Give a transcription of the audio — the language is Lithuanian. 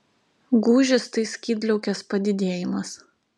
gūžys tai skydliaukės padidėjimas